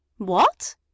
What